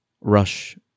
rush